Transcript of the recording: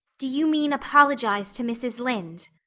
do you mean apologize to mrs. lynde?